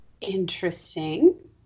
interesting